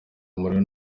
umuriro